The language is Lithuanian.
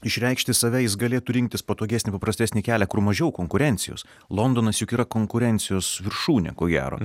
išreikšti save jis galėtų rinktis patogesnį paprastesnį kelią kur mažiau konkurencijos londonas juk yra konkurencijos viršūnė ko gero